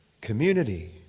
Community